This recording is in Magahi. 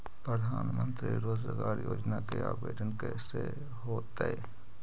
प्रधानमंत्री बेरोजगार योजना के आवेदन कैसे होतै?